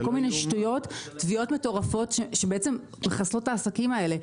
יש תביעות מטורפות על כל מיני שטויות שמחסלות את העסקים האלה.